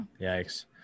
Yikes